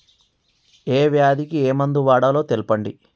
ఏ వ్యాధి కి ఏ మందు వాడాలో తెల్పండి?